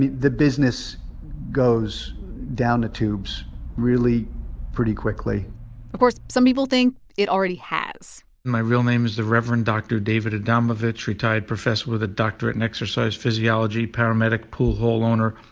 the the business goes down the tubes really pretty quickly of course, some people think it already has my real name is the reverend dr. david adamovich, retired professor with a doctorate in exercise physiology, paramedic, pool hall owner,